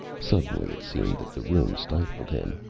suddenly it seemed that the room stifled him.